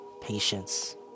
Patience